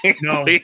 No